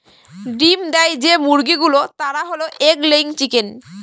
ডিম দেয় যে মুরগি গুলো তারা হল এগ লেয়িং চিকেন